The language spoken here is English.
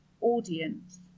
audience